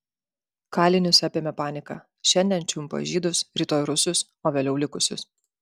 kalinius apėmė panika šiandien čiumpa žydus rytoj rusus o vėliau likusius